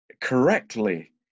correctly